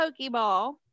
Pokeball